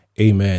Amen